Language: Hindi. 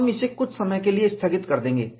हम इसे कुछ समय के लिए स्थगित कर देंगे